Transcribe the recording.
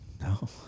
No